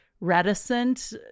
reticent